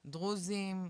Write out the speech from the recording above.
דרוזים,